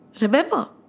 remember